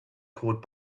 called